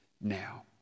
now